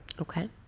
Okay